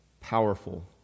powerful